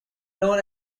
known